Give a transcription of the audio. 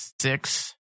six